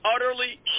utterly